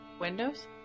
Windows